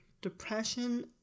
depression